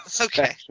Okay